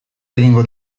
egingo